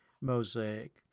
mosaic